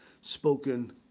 spoken